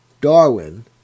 Darwin